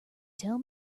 tell